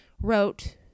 wrote